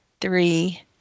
three